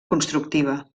constructiva